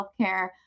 healthcare